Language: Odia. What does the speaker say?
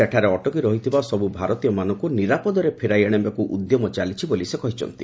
ସେଠାରେ ଅଟକି ରହିଥିବା ସବୁ ଭାରତୀୟମାନଙ୍କୁ ନିରାପଦରେ ଫେରାଇ ଆଣିବାକୁ ଉଦ୍ୟମ ଚାଲିଛି ବୋଲି ସେ କହିଛନ୍ତି